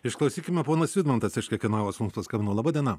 išklausykime ponas vidmantas iš krekenavos mums paskambino laba diena